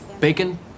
Bacon